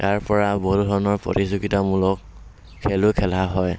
তাৰপৰা বহুতো ধৰণৰ প্ৰতিযোগিতামূলক খেলো খেলা হয়